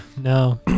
no